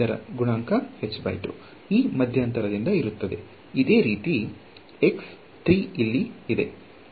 ಅದರ ಗುಣಾಂಕವು ಈ ಮಧ್ಯಂತರದಿಂದ ಇರುತ್ತದೆ ಅದೇ ರೀತಿ ಇಲ್ಲಿ ಇದೆ